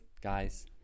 guys